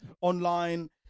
online